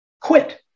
quit